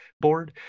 board